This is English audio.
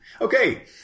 Okay